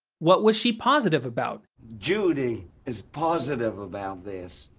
what was she positive about? judy is positive about this.